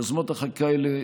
יוזמות החקיקה האלה,